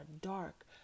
dark